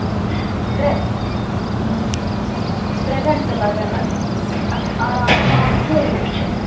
ترٛےٚ ترٛےٚ گَنٹہٕ لَگَن اَتھ اَتھ آرام سان سورُے وٕچھِتھ